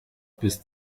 bis